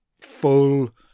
full